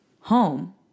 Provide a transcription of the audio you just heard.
home